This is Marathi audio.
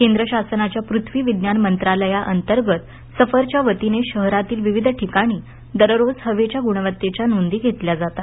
केंद्र शासनाच्या पृथ्वी विज्ञान मंत्रालयांतर्गत सफरच्या वतीने शहरातील विविध ठिकाणी दररोज हवेच्या गुणवत्तेच्या नोंदी घेतल्या जातात